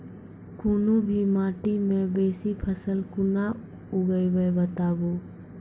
कूनू भी माटि मे बेसी फसल कूना उगैबै, बताबू?